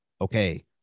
okay